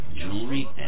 jewelry